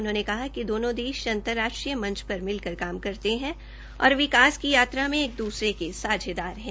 उन्होंने कहा कि दोनो देश अंतर्राष्ट्रीय मंच पर मिल कर काम करते हैं और विकास की यात्रा में एक दूसरे के सांझेदार हैं